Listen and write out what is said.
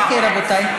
אוקיי, רבותיי.